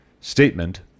Statement